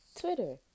Twitter